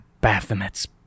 Baphomet's